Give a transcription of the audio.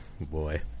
boy